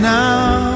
now